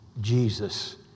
Jesus